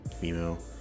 female